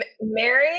Mary